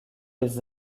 des